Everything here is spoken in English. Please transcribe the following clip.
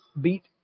beat